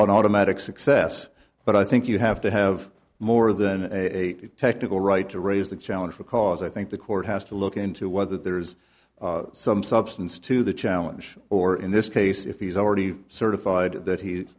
an automatic success but i think you have to have more than a technical right to raise the challenge because i think the court has to look into whether there is some substance to the challenge or in this case if he's already certified that he's